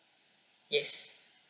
yes